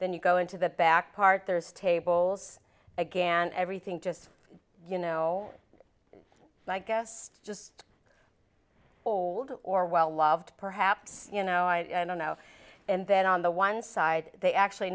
then you go into the back part there's tables again everything just you know i guess just old or well loved perhaps you know i don't know and then on the one side they actually